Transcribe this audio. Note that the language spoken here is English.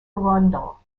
arundel